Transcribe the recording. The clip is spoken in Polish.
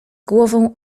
głową